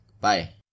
Bye